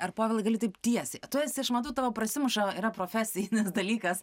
ar povilui gali taip tiesiai tu esi aš matau tavo prasimuša yra profesinis dalykas